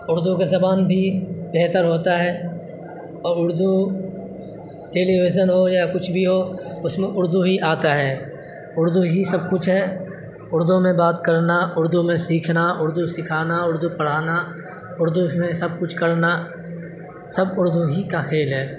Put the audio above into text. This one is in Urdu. اردو کا زبان بھی بہتر ہوتا ہے اور اردو ٹیلیویژن ہو یا کچھ بھی ہو اس میں اردو ہی آتا ہے اردو ہی سب کچھ ہے اردو میں بات کرنا اردو میں سیکھنا اردو سکھانا اردو پڑھانا اردو میں سب کچھ کرنا سب اردو ہی کا کھیل ہے